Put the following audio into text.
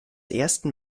ersten